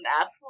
ask